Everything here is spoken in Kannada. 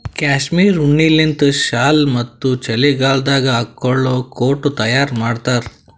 ಕ್ಯಾಶ್ಮೀರ್ ಉಣ್ಣಿಲಿಂತ್ ಶಾಲ್ ಮತ್ತ್ ಚಳಿಗಾಲದಾಗ್ ಹಾಕೊಳ್ಳ ಕೋಟ್ ತಯಾರ್ ಮಾಡ್ತಾರ್